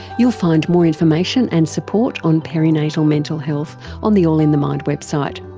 you'll find more information and support on perinatal mental health on the all in the mind website.